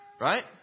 Right